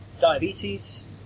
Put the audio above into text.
diabetes